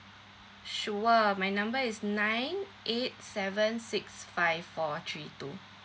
sure my number is nine eight seven six five four three two